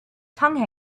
tongue